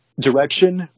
direction